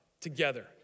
together